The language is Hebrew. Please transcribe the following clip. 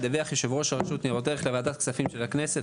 ידווח יושב ראש הרשות לניירות ערך לוועדת הכספים של הכנסת,